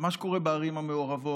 על מה שקורה בערים המעורבות,